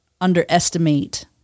underestimate